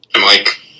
Mike